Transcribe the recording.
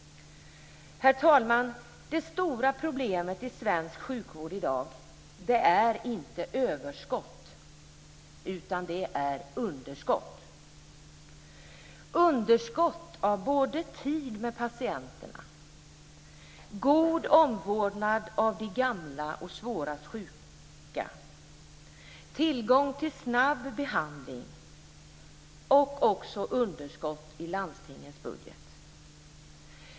Herr talman! Det stora problemet i svensk sjukvård i dag är inte överskott, utan det är underskott - underskott av tid med patienterna, av god omvårdnad av de gamla och svårast sjuka, av tillgång till snabb behandling och underskott också i landstingens budgetar.